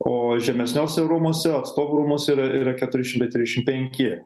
o žemesniuose jau rūmuose atstovų rūmuose yra yra keturi šimtai trisdešim penki